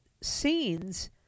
scenes